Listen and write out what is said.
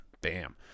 Bam